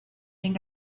den